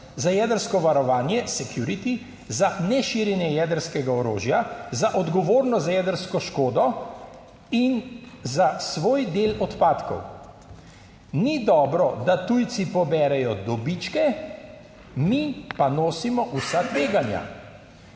za jedrsko varovanje, za neširjenje jedrskega orožja, za odgovornost za jedrsko škodo in za svoj del odpadkov. Ni dobro, da tujci poberejo dobičke, mi pa nosimo vsa tveganja.